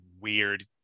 weird